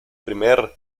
primer